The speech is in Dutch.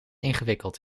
ingewikkeld